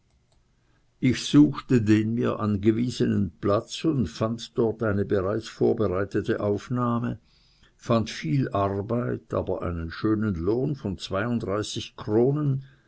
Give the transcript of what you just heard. ich suchte den mir angewiesenen platz und fand dort eine vorbereitete aufnahme fand viel arbeit aber einen schönen lohn von zweiunddreißig kronen